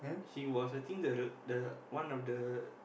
she was I think the the one of the